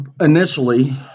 initially